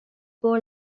pole